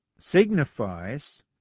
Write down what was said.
signifies